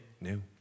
new